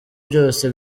byose